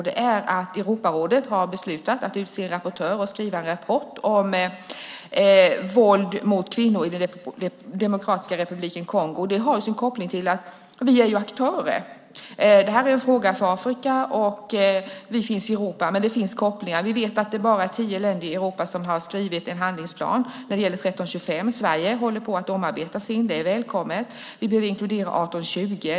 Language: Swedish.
Det är att Europarådet har beslutat att utse en rapportör att skriva en rapport om våld mot kvinnor i Demokratiska republiken Kongo. Det har koppling till att vi är aktörer. Det här en fråga för Afrika, och vi finns i Europa, men det finns kopplingar. Det är bara tio länder i Europa som har skrivit en handlingsplan när det gäller 1325. Sverige håller på att omarbeta sin. Det är välkommet. Vi behöver inkludera 1820.